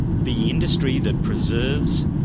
the industry that preserves,